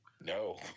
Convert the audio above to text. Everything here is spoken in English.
No